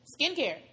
skincare